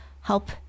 help